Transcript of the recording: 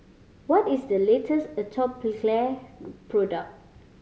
what is the latest Atopiclair product